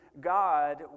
God